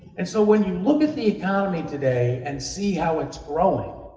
and so, when you look at the economy today and see how it's growing,